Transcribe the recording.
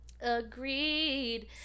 Agreed